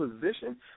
position